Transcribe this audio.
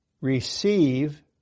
receive